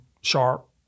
sharp